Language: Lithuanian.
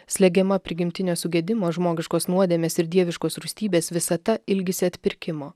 slegiama prigimtinio sugedimo žmogiškos nuodėmės ir dieviškos rūstybės visata ilgisi atpirkimo